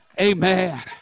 Amen